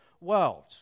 world